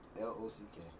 L-O-C-K